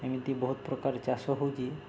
ଏମିତି ବହୁତ ପ୍ରକାର ଚାଷ ହେଉଛି